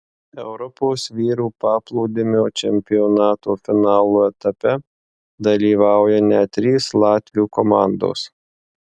europos vyrų paplūdimio čempionato finalo etape dalyvauja net trys latvių komandos